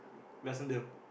Vasantham